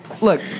Look